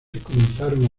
comenzaron